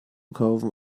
kaufen